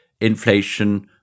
inflation